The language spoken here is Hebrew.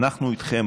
אנחנו איתכם,